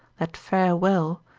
that fare well,